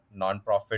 nonprofit